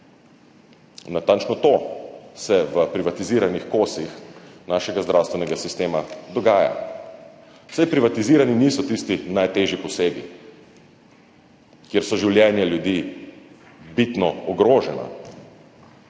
Natančno to se v privatiziranih kosih našega zdravstvenega sistema dogaja. Saj privatizirani niso tisti najtežji posegi, kjer so življenja ljudi bitno ogrožena.